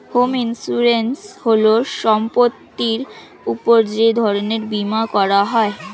home insurance হল সম্পত্তির উপর যে ধরনের বীমা করা হয়